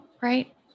right